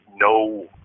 no